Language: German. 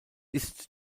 ist